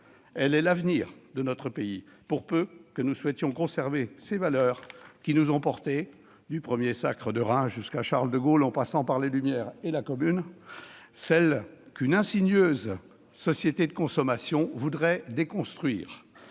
elle est l'avenir de notre pays, pour peu que nous souhaitions conserver ses valeurs, qui nous ont portés du premier sacre de Reims jusqu'à Charles de Gaulle, en passant par les Lumières et la Commune, des valeurs qu'une insidieuse société de consommation voudrait déconstruire.